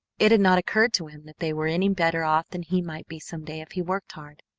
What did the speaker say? it had not occurred to him that they were any better off than he might be some day if he worked hard.